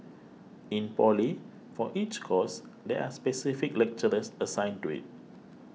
in Poly for each course there are specific lecturers assigned to it